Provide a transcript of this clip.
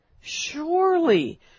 surely